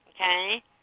Okay